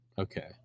okay